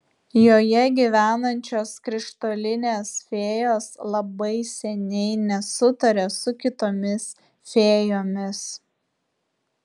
joje gyvenančios krištolinės fėjos labai seniai nesutaria su kitomis fėjomis